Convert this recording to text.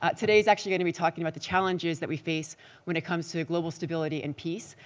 ah today, he's actually going to be talking about the challenges that we face when it comes to global stability and peace,